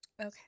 Okay